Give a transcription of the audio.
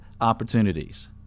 opportunities